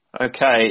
Okay